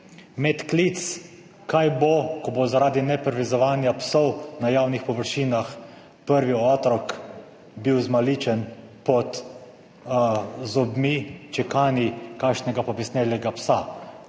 Med klic, kaj bo, ko bo zaradi neprivezovanja psov na javnih površinah prvi otrok bil zmaličen pod zobmi, čekani kakšnega pobesnelega psa?